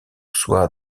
soit